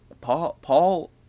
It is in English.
Paul